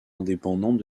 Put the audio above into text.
indépendante